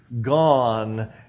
gone